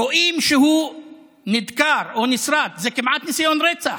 רואים שהוא נדקר, או נשרט, זה כמעט ניסיון רצח,